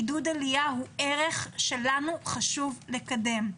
עידוד עליה הוא ערך שלנו מאוד חשוב לקדם.